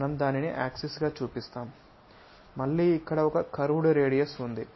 మనం దానిని యాక్సిస్ గా చూపిస్తాము మళ్ళీ ఇక్కడ ఒక కర్వ్డ్ రేడియస్ ఉంది